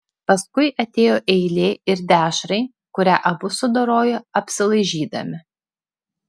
paskui atėjo eilė ir dešrai kurią abu sudorojo apsilaižydami